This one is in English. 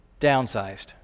downsized